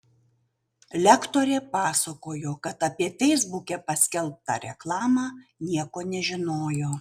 lektorė pasakojo kad apie feisbuke paskelbtą reklamą nieko nežinojo